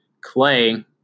Clay